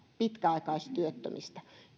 pitkäaikaistyöttömistä